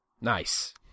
Nice